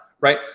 right